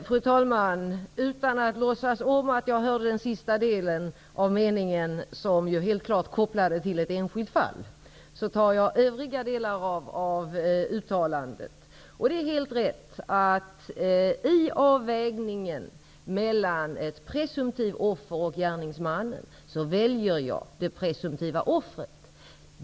Fru talman! Utan att låtsas om att jag hörde den sista delen av den sista meningen som helt klart gäller ett enskilt fall, skall jag kommentera övriga delar av uttalandet. Det är helt rätt att i avvägningen mellan ett presumtivt offer och gärningsmannen så väljer jag det presumtiva offret.